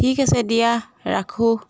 ঠিক আছে দিয়া ৰাখোঁ